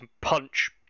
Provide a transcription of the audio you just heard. punch